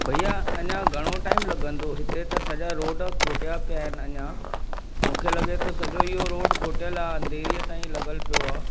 भैया अञा घणो टाइम लॻंदो हिते त सॼा रोड खोटिया पिया आहिनि अञा मूंखे लॻे थो सॼो इहो रोड खोटियल आहे अंधेरीअ ताईं लॻलि पियो आहे